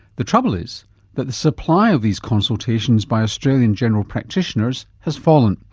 the trouble is that the supply of these consultations by australian general practitioners has fallen.